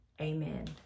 Amen